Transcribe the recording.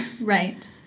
Right